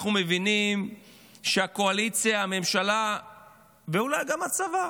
אנחנו מבינים שהקואליציה, הממשלה ואולי גם הצבא